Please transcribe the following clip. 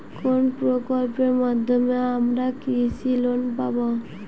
কোন প্রকল্পের মাধ্যমে আমরা কৃষি লোন পাবো?